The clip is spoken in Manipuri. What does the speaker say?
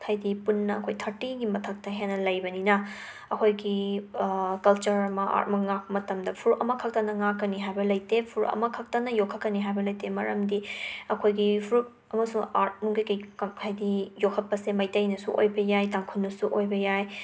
ꯍꯥꯏꯗꯤ ꯄꯨꯟꯅ ꯑꯩꯈꯣꯏ ꯊꯥꯔꯇꯤꯒꯤ ꯃꯊꯛꯇ ꯍꯦꯟꯅ ꯂꯩꯕꯅꯤꯅ ꯑꯈꯣꯏꯒꯤ ꯀꯜꯆꯔ ꯑꯃ ꯑꯥꯔꯠ ꯑꯃ ꯉꯥꯛꯄ ꯃꯇꯝꯗ ꯐꯨꯔꯨꯞ ꯑꯃꯈꯛꯅ ꯉꯥꯛꯀꯅꯤ ꯍꯥꯏꯕ ꯂꯩꯇꯦ ꯐꯨꯔꯨꯞ ꯑꯃꯈꯛꯇꯅ ꯌꯣꯛꯈꯠꯀꯅꯤ ꯍꯥꯏꯕ ꯂꯩꯇꯦ ꯃꯔꯝꯗꯤ ꯑꯩꯈꯣꯏꯒꯤ ꯐꯨꯔꯨꯞ ꯑꯃꯁꯨꯡ ꯑꯥꯔꯠꯅꯨꯡ ꯀꯩꯒꯤ ꯍꯥꯏꯗꯤ ꯌꯣꯈꯠꯄꯁꯦ ꯃꯩꯇꯩꯅꯁꯨ ꯑꯣꯏꯕ ꯌꯥꯏ ꯇꯥꯡꯈꯨꯜꯅꯁꯨ ꯑꯣꯏꯕ ꯌꯥꯏ